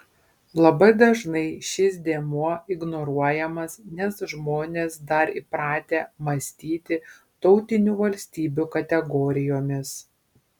labai dažnai šis dėmuo ignoruojamas nes žmonės dar įpratę mąstyti tautinių valstybių kategorijomis